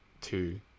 two